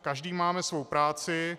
Každý máme svou práci.